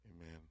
Amen